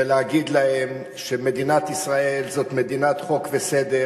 ולהגיד להם שמדינת ישראל היא מדינת חוק וסדר